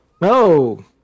No